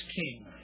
king